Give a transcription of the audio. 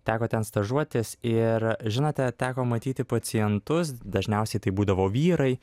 teko ten stažuotis ir žinote teko matyti pacientus dažniausiai tai būdavo vyrai